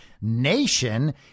nation